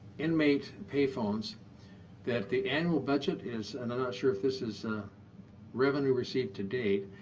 inmate payphones that the annual budget is and i'm not sure if this is revenue received to date.